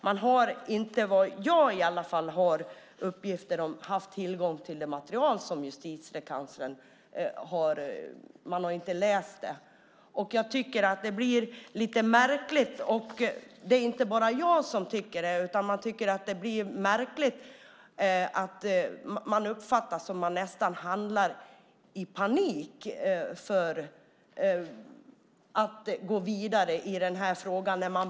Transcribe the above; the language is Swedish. Man har inte haft tillgång till och läst Justitiekanslerns material. Det är inte bara jag som tycker att det verkar som att man handlar i panik när man bestämmer sig så snabbt för att inte gå vidare i den här frågan.